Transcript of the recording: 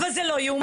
את לא נורמלית.